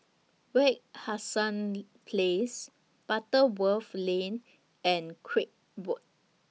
Wak Hassan Place Butterworth Lane and Craig Road